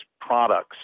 products